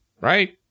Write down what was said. Right